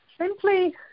simply